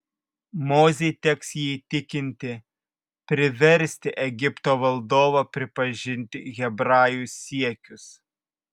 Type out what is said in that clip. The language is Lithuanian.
mozei teks jį įtikinti priversti egipto valdovą pripažinti hebrajų siekius